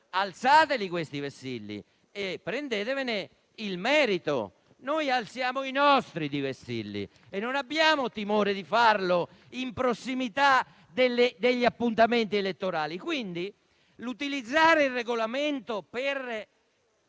alzateli e prendetevene il merito. Noi alziamo i nostri di vessilli e non abbiamo timore di farlo in prossimità degli appuntamenti elettorali. Quindi, utilizzare il Regolamento per